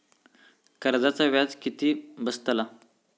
कर्जाचा व्याज किती बसतला?